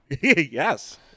yes